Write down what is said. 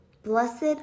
Blessed